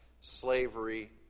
slavery